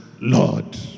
Lord